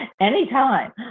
anytime